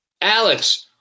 Alex